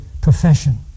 profession